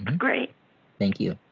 great thank you.